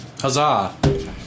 Huzzah